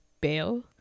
bail